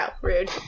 Rude